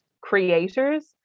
creators